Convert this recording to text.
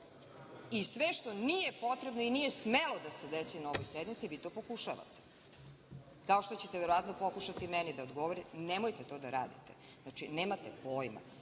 i sve što nije potrebno i nije smelo da se desi na ovoj sednici vi to pokušavate, kao što ćete verovatno pokušati meni da odgovorite. Nemojte to da radite, nemate pojma.